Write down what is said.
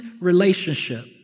relationship